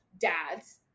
dads